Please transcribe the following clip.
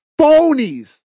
phonies